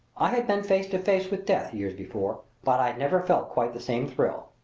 i had been face to face with death years before, but i had never felt quite the same thrill.